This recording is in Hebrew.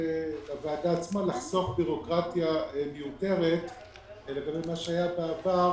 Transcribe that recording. לוועדה עצמה ולחסוך בירוקרטיה מיותרת לגבי מה שהיה בעבר